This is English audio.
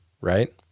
Right